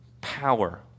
power